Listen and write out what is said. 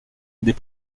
des